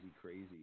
crazy